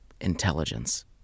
Intelligence